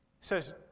says